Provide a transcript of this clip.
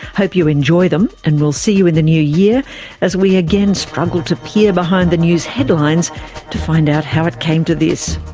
hope you enjoy them, and we'll see you in the new year as we again struggle to peer behind the news headlines to find out how it came to this.